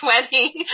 wedding